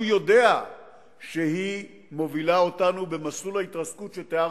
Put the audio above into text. יודע שהיא מובילה אותנו במסלול ההתרסקות שתיארתי,